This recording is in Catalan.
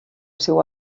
seu